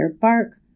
bark